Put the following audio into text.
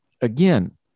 Again